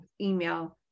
email